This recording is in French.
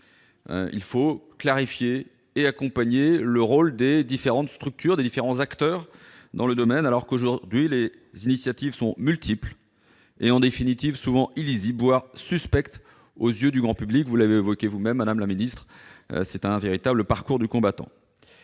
il faut clarifier le rôle des différentes structures et des différents acteurs dans le domaine et les accompagner. Or, aujourd'hui, les initiatives sont multiples et, en définitive, souvent illisibles, voire suspectes aux yeux du grand public. Vous l'avez vous-même évoqué, madame la ministre, c'est un véritable parcours du combattant.